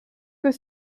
que